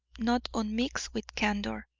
not unmixed with candour.